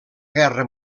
guerra